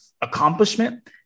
accomplishment